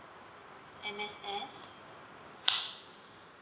M_S_F